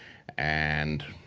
and